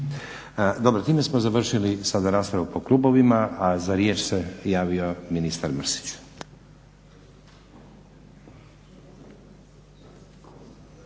Dobro, time smo završili sada raspravu po klubovima, a za riječ se javio ministar Mrsić.